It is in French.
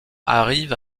arrive